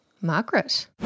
Margaret